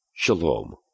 Shalom